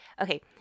Okay